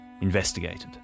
Investigated